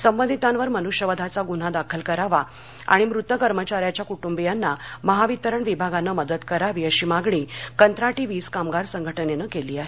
संबंधितांवर मनुष्यवधाचा गुन्हा दाखल करावा आणि मृत कर्मचाऱ्याच्या कुटुंबियांना महावितरण विभागानं मदत करावी अशी मागणी कंत्राटी वीज कामगार संघटनेनं केली आहे